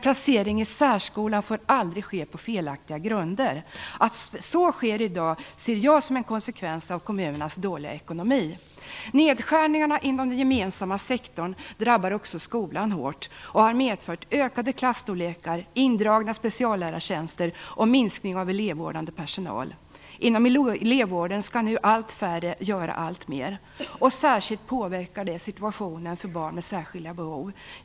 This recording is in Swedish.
Placering i särskola får aldrig ske på felaktiga grunder. Att så sker i dag ser jag som en konsekvens av kommunernas dåliga ekonomi. Nedskärningarna inom den gemensamma sektorn drabbar också skolan hårt och har medfört ökade klasstorlekar, indragna speciallärartjänster och en minskning av elevvårdande personal. Inom elevvården skall nu allt färre göra alltmer. Detta påverkar särskilt situationen för barn med särskilda behov.